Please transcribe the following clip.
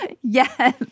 Yes